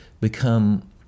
become